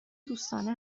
دوستانه